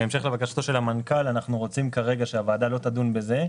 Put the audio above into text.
בהמשך לבקשתו של המנכ"ל אנחנו רוצים כרגע שהוועדה לא תדון בזה,